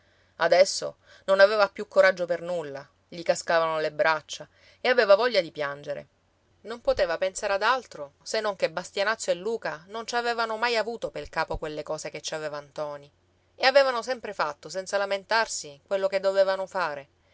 adesso non aveva più coraggio per nulla gli cascavano le braccia e aveva voglia di piangere non poteva pensare ad altro se non che bastianazzo e luca non ci avevano mai avuto pel capo quelle cose che ci aveva ntoni e avevano sempre fatto senza lamentarsi quello che dovevano fare